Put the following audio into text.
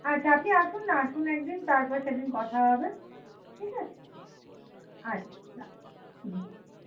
আচ্ছা আপনি আসুন না আসুন একদিন তারপরে সেদিন কথা হবে ঠিক আছে আচ্ছা রাখছি হুম